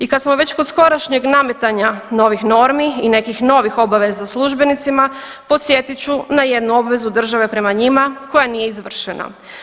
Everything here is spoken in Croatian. I kad smo već kod skorašnjeg nametanja novih normi i nekih novih obaveza službenicima podsjetit ću na jednu obvezu države prema njima koja nije izvršena.